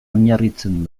oinarritzen